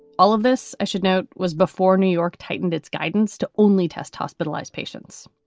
all of this, i should note, was before new york tightened its guidance to only test hospitalized patients.